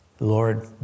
Lord